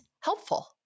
helpful